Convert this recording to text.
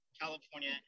California